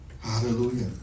Hallelujah